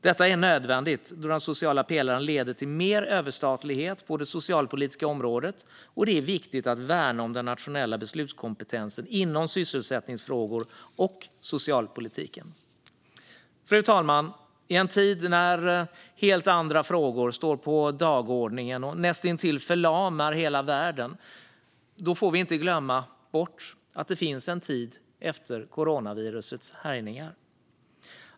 Detta är nödvändigt, eftersom den sociala pelaren leder till mer överstatlighet på det socialpolitiska området, och det är viktigt att värna om den nationella beslutskompetensen när det gäller sysselsättningsfrågor och socialpolitik. Fru talman! I en tid när helt andra frågor står på dagordningen och näst intill förlamar hela världen får vi inte glömma bort att det finns en tid efter coronavirusets härjningar.